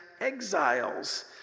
exiles